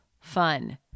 fun